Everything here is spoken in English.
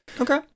okay